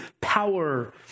power